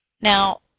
Now